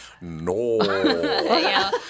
No